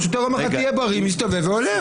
פשוט אומר לך: תהיה בריא, מסתובב והולך.